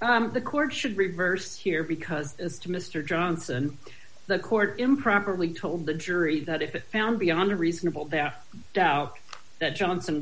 honor the court should reverse here because as to mister johnson the court improperly told the jury that if it found beyond a reasonable doubt doubt that johnson